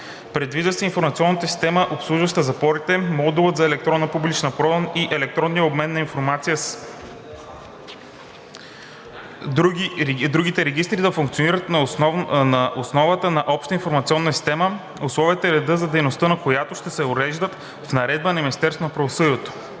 Предвижда се информационната система, обслужваща запорите, модулът за електронна публична продан и електронният обмен на информация с другите регистри да функционират на основата на обща информационна система, условията и редът за дейността на която ще се уреждат в наредба на